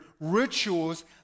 rituals